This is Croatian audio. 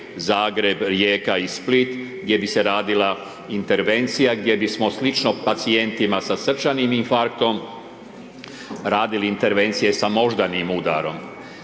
Zagreb, Rijeka i Split, gdje bi se radila intervencija gdje bismo slično pacijentima sa srčanim infarktom radili intervencije sa moždanim udarom.